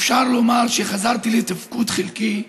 אפשר לומר שחזרתי לתפקוד חלקי.